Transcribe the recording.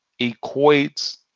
equates